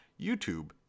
YouTube